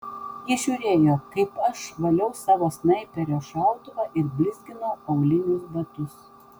ji žiūrėjo kaip aš valiau savo snaiperio šautuvą ir blizginau aulinius batus